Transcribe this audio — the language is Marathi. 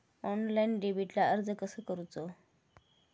ऑनलाइन डेबिटला अर्ज कसो करूचो?